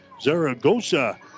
Zaragoza